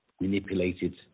manipulated